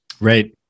right